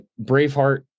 Braveheart